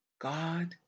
God